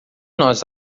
nós